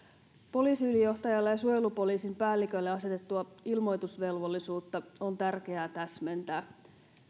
poliisiylijohtajalle ja suojelupoliisin päällikölle asetettua ilmoitusvelvollisuutta on tärkeää täsmentää